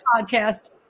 podcast